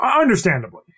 understandably